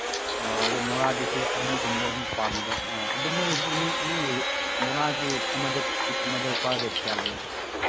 ꯑꯣ ꯑꯗꯣ ꯃꯣꯔꯥꯗꯨꯁꯨ ꯑꯅꯤꯒꯨꯝꯕ ꯑꯃꯨꯛ ꯄꯥꯝꯕ ꯑꯥ ꯑꯗꯨ ꯃꯣꯏꯁꯤ ꯅꯪꯒꯤ ꯃꯣꯔꯥꯁꯤ ꯑꯃꯗ ꯄꯤꯁ ꯑꯃꯗ ꯂꯨꯄꯥ ꯔꯦꯠ ꯀꯌꯥ ꯂꯩꯌꯦ